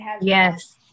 yes